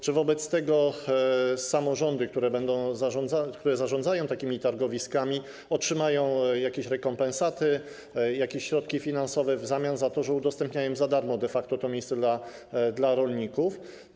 Czy wobec tego samorządy, które zarządzają takimi targowiskami, otrzymają jakieś rekompensaty, jakieś środki finansowe w zamian za to, że udostępniają za darmo de facto to miejsce dla rolników?